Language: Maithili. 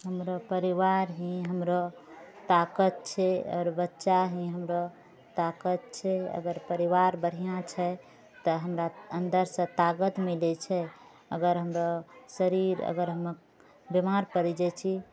हमरो परिवार हि हमरो ताकत छै आओर बच्चा हि हमरो ताकत छै अगर परिवार बढ़िऑं छै तऽ हमरा अन्दरसँ ताकत मिलै छै अगर हमरो शरीर अगर हम बिमार पड़ि जाइ छी